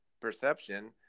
perception